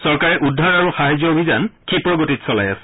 চৰকাৰে উদ্ধাৰ আৰু সাহায্য অভিযান ক্ষীপ্ৰ গতিত চলাই আছে